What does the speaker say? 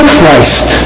Christ